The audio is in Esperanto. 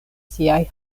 siaj